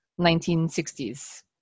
1960s